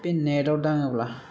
बे नेटआव दाङोब्ला